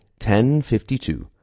1052